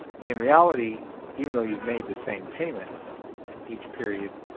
in reality, even though you've made the same payment each period,